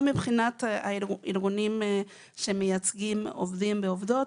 מבחינת הארגונים שמייצגים עובדים ועובדות.